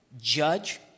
judge